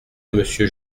monsieur